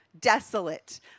desolate